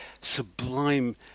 sublime